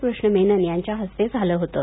कृष्ण मेनन यांच्या हस्ते झालं होतं